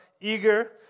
eager